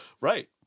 Right